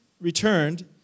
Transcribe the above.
returned